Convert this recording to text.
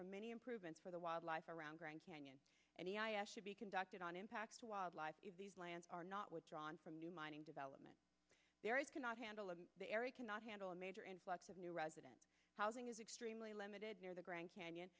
for many improvements for the wildlife around grand canyon and should be conducted on impact wildlife if these lands are not withdrawn from new mining development there it cannot handle and the area cannot handle a major influx of new residents housing is extremely limited near the grand canyon